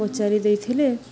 ପଚାରି ଦେଇଥିଲେ